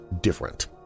different